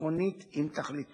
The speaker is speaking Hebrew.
מצומצם יותר לסעיף